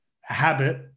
habit